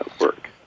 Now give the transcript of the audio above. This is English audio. work